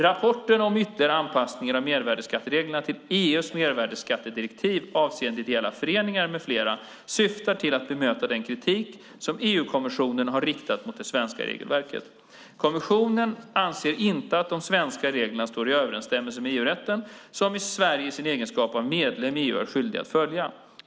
Rapporten om ytterligare anpassningar av mervärdesskattereglerna till EU:s mervärdesskattedirektiv avseende ideella föreningar med flera syftar till att bemöta den kritik som EU-kommissionen har riktat mot det svenska regelverket. Kommissionen anser inte att de svenska reglerna står i överensstämmelse med EU-rätten, som Sverige i sin egenskap av medlem i EU är skyldig att följa.